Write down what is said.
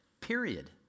period